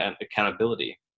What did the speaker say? accountability